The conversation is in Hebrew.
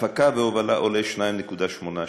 הפקה והובלה, עולה 2.8 שקלים.